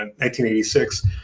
1986